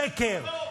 נתניהו בקולו.